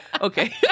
Okay